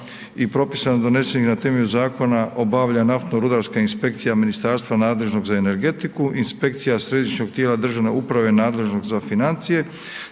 i propisano donesenih na temelju zakona obavlja naftno-rudarska inspekcija ministarstva nadležnog za energetiku, inspekcija središnjeg tijela državne uprave nadležnog za financije